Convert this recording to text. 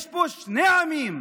יש פה שני עמים.